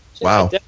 Wow